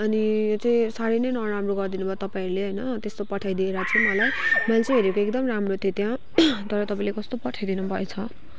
अनि चाहिँ साह्रै नै नराम्रो गरिदिनुभयो तपईँहरूले होइन त्यस्तो पठाइदिएर चाहिँ मलाई मैले चाहिँ हेरेको एकदम राम्रो थियो त्यहाँ तर तपाईँले कस्तो पठाइदिनु भएछ